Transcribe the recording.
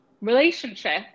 relationship